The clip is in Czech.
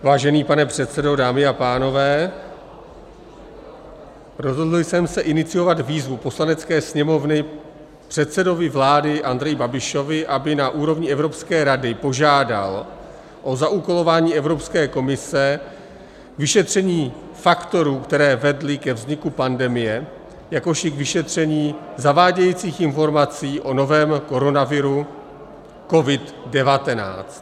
Vážený pane předsedo, dámy a pánové, rozhodl jsem se iniciovat výzvu Poslanecké sněmovny předsedovi vlády Andreji Babišovi, aby na úrovni Evropské rady požádal o zaúkolování Evropské komise k vyšetření faktorů, které vedly ke vzniku pandemie, jakož i k vyšetření zavádějících informací o novém koronaviru COVID19.